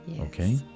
okay